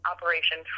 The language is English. Operation